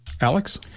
Alex